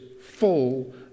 full